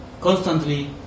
constantly